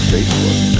Facebook